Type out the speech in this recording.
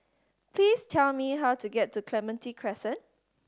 please tell me how to get to Clementi Crescent